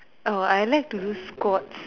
oh I like to do squats